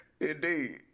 indeed